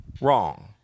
wrong